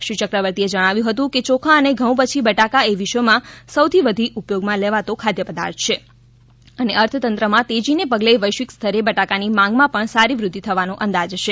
શ્રી યક્રવર્તીએ જણાવ્યું હતું કે ચોખા અને ઘઉં પછી બટાકા એ વિશ્વમાં સૌથી વધુ ઉપયોગમાં લેવાતો ખાદ્ય પદાર્થ છે અને અર્થતંત્રમાં તેજીને પગલે વૈશ્વિક સ્તરે બટાકાની માંગમાં પણ સારી વૃઘ્યિ થવાનો અંદાજ છે